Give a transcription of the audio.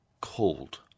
cold